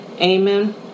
Amen